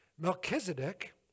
Melchizedek